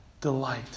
delight